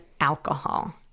alcohol